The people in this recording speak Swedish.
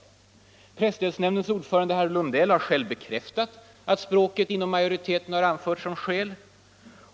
Men presstödsnämndens ordförande herr Lundell har själv bekräftat att språket inom majoriteten har anförts som skäl.